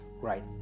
right